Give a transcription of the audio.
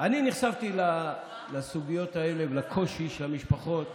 אני נחשפתי לסוגיות האלה ולקושי של המשפחות